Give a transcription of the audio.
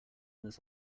this